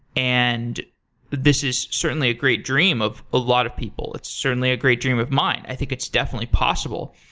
and this is certainly a great dream of a lot of people. it's certainly a great dream of mine. i think it's definitely possible.